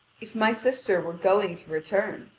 if my sister were going to return,